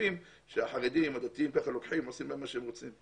כספים שהדתיים לוקחים ועושים בהם מה שהם רוצים.